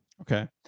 Okay